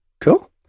cool